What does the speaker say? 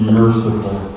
merciful